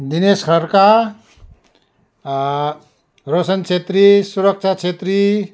Dinesh Khadka Roshan Chhetri Suraksha Chhetri